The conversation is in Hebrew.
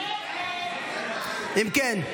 אם כן,